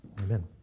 Amen